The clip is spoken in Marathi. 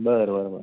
बरं बरं बरं